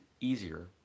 easier